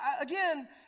again